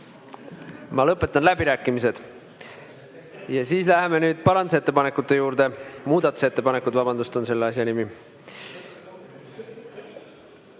Ma lõpetan läbirääkimised ja läheme nüüd parandusettepanekute juurde. Muudatusettepanekud, vabandust, on selle asja nimi.